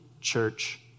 church